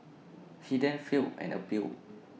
he then filed an appeal